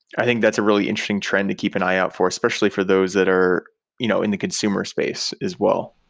i think that's a really interesting trend to keep an eye out for especially for those that are are you know in the consumer space as well.